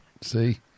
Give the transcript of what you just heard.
See